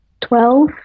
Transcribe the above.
Twelve